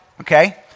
okay